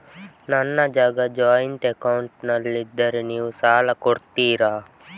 ನನ್ನ ಜಾಗ ಜಾಯಿಂಟ್ ಅಕೌಂಟ್ನಲ್ಲಿದ್ದರೆ ನೀವು ಸಾಲ ಕೊಡ್ತೀರಾ?